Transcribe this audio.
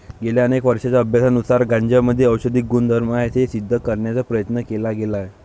गेल्या अनेक वर्षांच्या अभ्यासानुसार गांजामध्ये औषधी गुणधर्म आहेत हे सिद्ध करण्याचा प्रयत्न केला गेला आहे